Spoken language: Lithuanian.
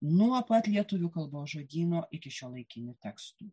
nuo pat lietuvių kalbos žodyno iki šiuolaikinių tekstų